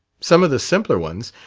some of the simpler ones!